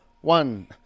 one